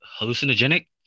hallucinogenic